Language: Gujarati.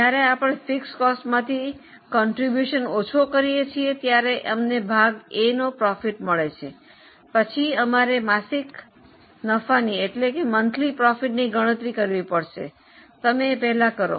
જ્યારે આપણે સ્થિર ખર્ચ માંથી ફાળો ઓછું કરીયે છીએ ત્યારે અમને ભાગ A નો નફો મળે છે પછી અમારે માસિક નફાની ગણતરી કરવી પડશે તમે એ પેહલા કરો